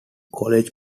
college